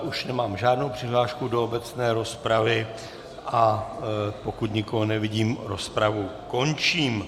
Už nemám žádnou přihlášku do obecné rozpravy, a pokud nikoho nevidím, rozpravu končím.